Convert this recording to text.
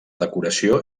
decoració